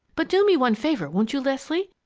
but do me one favor, won't you, leslie?